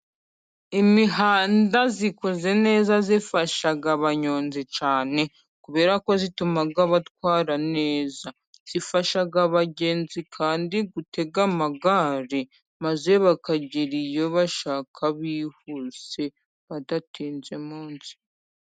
Imihanda ikoze neza ifasha abanyonzi cyane kubera ko ituma batwara neza, ifasha abagenzi kandi gutega amagare maze bakagera iyo bashaka bihuse bidatinze mu nzira.